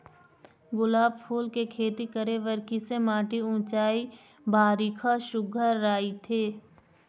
गुलाब फूल के खेती करे बर किसे माटी ऊंचाई बारिखा सुघ्घर राइथे?